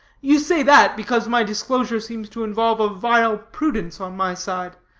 you say that, because my disclosure seems to involve a vile prudence on my side.